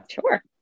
sure